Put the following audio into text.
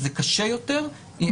למעשה הנזק עולה על התועלת.